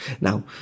Now